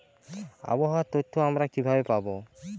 আবহাওয়ার তথ্য আমরা কিভাবে পাব?